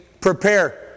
prepare